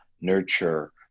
nurture